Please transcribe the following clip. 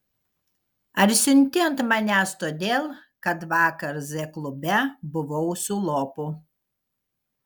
ar siunti ant manęs todėl kad vakar z klube buvau su lopu